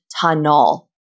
tunnel